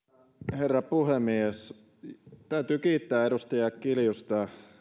herra puhemies täytyy kiittää edustaja kiljusta